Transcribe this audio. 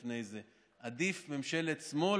לפני זה: עדיף ממשלת שמאל,